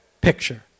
picture